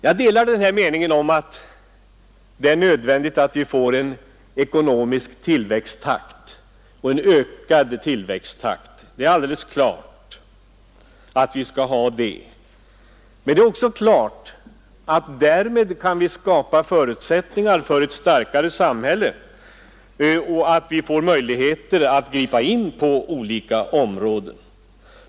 Jag delar uppfattningen att det är nödvändigt att vi får en ökad ekonomisk tillväxttakt — det är alldeles klart att vi skall ha det. Men det är också klart att vi därmed kan skapa förutsättningar för ett starkare samhälle och få möjligheter att gripa in på olika områden.